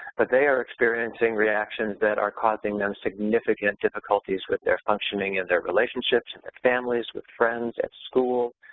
but they are experiencing reactions that are causing them significant difficulties with their functioning in their relationships, in their families, with friends, at school,